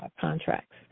contracts